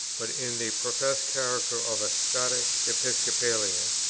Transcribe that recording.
but in the professed character of a scotch episcopalian.